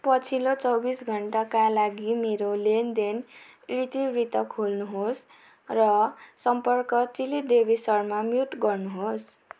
पछिल्लो चौबिस घन्टाका लागि मेरो लेनदेन इतिवृत्त खोल्नुहोस् र सम्पर्क तिली देवी शर्मा म्युट गर्नुहोस्